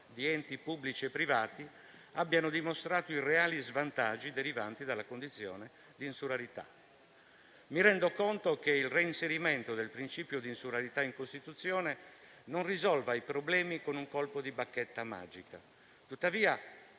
di enti pubblici e privati abbiano dimostrato i reali svantaggi derivanti dalla condizione di insularità. Mi rendo conto che il reinserimento del principio di insularità in Costituzione non risolva i problemi con un colpo di bacchetta magica. Tuttavia,